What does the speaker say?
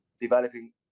developing